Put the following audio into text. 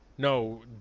No